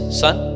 son